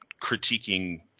critiquing